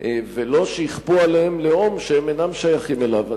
ולא שיכפו עליהם לאום שהם אינם שייכים אליו.